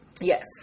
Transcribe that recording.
Yes